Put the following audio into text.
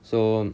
so